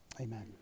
Amen